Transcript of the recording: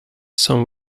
some